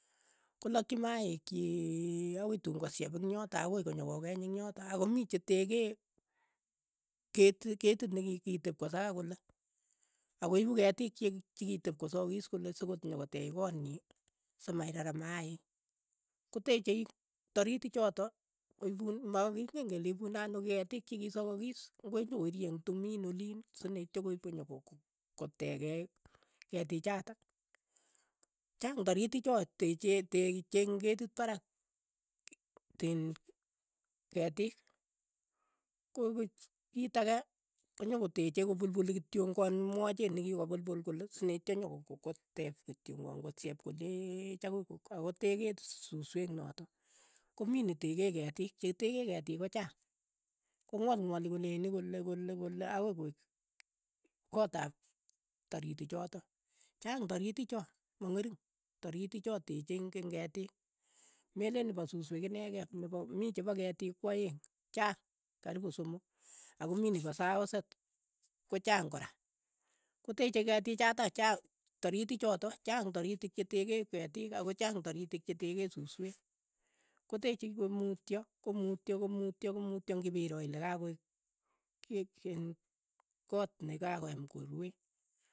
Kolakchi maaik chii akoi tuun kosyeep ing' yotok akoi konyokokeeny ing'yotok ako mii che tekee ket- ketiit ne ki- ki- kitep kosakan kole, ako ipu ketiik chiik chikitep kosakis kole sokot nyokoteech koot nyi si ma irara mayaik, koteche taritichotok koipuun making'en kole ipune ano ketiik chi kisokokiis, koi konyokoirye eng' tumiin oliin sinaitya koiip nyoko ko- kotekee ketiichotok, chaang toritik cho techee teche eng' ketit parak tin ketiik, kiit ake konyokoteche ko pulpuli kityongan mwacheet nikikopulpul kole sineityo nyoko ko- koteech kityong'an kosheep koleech akoi ko akotekeet susweek notok, ko mii netekee ketiik, che tekee ketiik ko chaang, kong'walng'wali koleeni kole kole kole akoi koek koot ap taritik chotok, chaang taritik cho, mang'ering, toritik cha teche eng' eng' ketiik, meleen nepa susweek inekei ak nepa mii chepa ketiik kwa aeng', chaang karipu somok, ako mii nepo saoset, ko chaang kora, koteche ketiik chotok chaang taritik chotok, chaang taritik che tekee ketiik ako chaang taritik che tekee susweek, kotekchi komutyo komutyo komutyo komutyo ng'ipiroo ile kakoek ke- ke iin koot nakakoyam koruee.